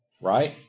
right